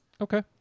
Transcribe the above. Okay